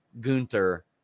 Gunther